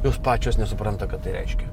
jos pačios nesupranta ką tai reiškia